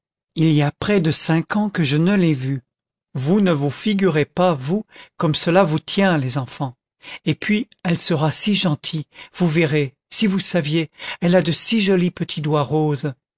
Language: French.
il y a près de cinq ans que je ne l'ai vue vous ne vous figurez pas vous comme cela vous tient les enfants et puis elle sera si gentille vous verrez si vous saviez elle a de si jolis petits doigts roses